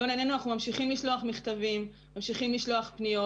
אנחנו ממשיכים לשלוח מכתבים, ממשיכים לשלוח פניות.